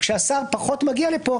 כשהשר פחות מגיע לפה,